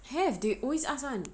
have they always ask [one]